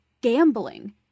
gambling